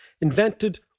Invented